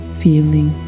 feeling